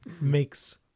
makes